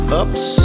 ups